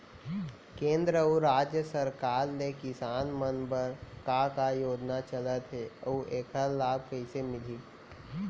केंद्र अऊ राज्य सरकार ले किसान मन बर का का योजना चलत हे अऊ एखर लाभ कइसे मिलही?